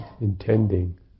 intending